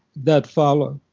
that follow.